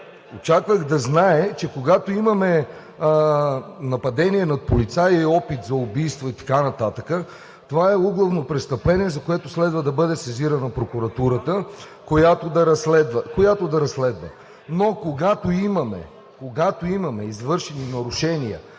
Очаквах да знае, че когато имаме нападение над полицай, е опит за убийство и така нататък, това е углавно престъпление, за което следва да бъде сезирана прокуратурата, която да разследва. Но когато имаме извършени нарушения